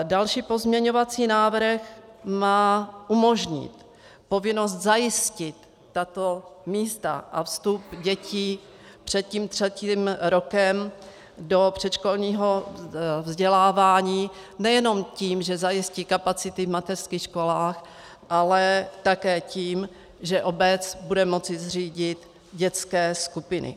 Další pozměňovací návrh má umožnit povinnost zajistit tato místa a vstup dětí před tím třetím rokem do předškolního vzdělávání nejenom tím, že zajistí kapacity v mateřských školách, ale také tím, že obec bude moci zřídit dětské skupiny.